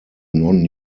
non